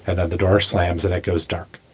and then the door slams and it goes dark.